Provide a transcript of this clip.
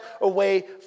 away